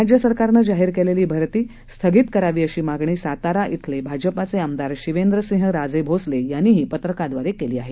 राज्य सरकारनं जाहीर केलेली भरती स्थगित करावी अशी मागणी सातारा येथील भाजपचे आमदार शिवेंद्रसिंहराजे भोसले यांनीही पत्रकाद्वारे केली आहे